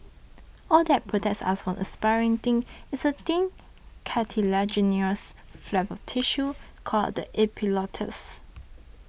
all that protects us from aspirating is a thin cartilaginous flap of tissue called the epiglottis